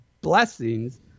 blessings